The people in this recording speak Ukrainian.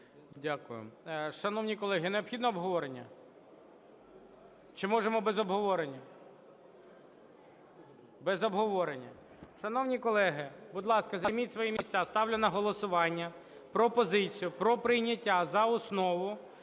Дякую. Шановні колеги, необхідно обговорення? Чи можемо без обговорення? Без обговорення. Шановні колеги, будь ласка, займіть свої місця. Ставлю на голосування пропозицію про прийняття за основу